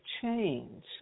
change